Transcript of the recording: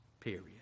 Period